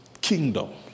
kingdom